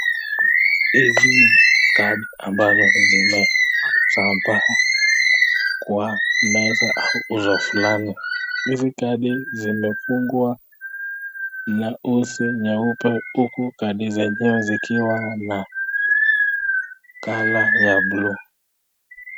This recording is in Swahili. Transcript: Hizi ni kadi ambazo zimezambaa kwa meza au uso fulani hizi kadi zimefungwa na usi nyeupe huku kadi zenyewe zikiwa na kalaa ya buluu.